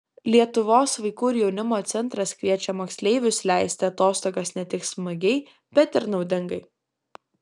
lietuvos vaikų ir jaunimo centras kviečia moksleivius leisti atostogas ne tik smagiai bet ir naudingai